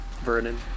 Vernon